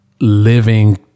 Living